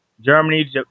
Germany